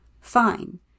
Fine